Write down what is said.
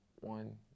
One